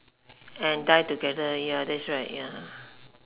and die together ya that's right ya